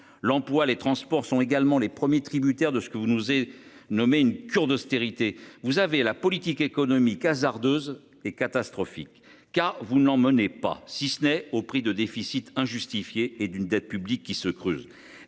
l'emploi, les transports sont également les premiers tributaire de ce que vous nous et nommer une cure d'austérité. Vous avez la politique économique hasardeuse et catastrophique, car vous ne l'emmenais pas si ce n'est au prix de déficits injustifiée et d'une dette publique qui se creuse.